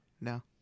No